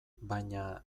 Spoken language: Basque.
baina